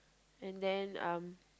and then um